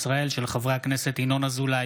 חברי הכנסת ינון אזולאי,